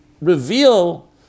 reveal